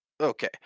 Okay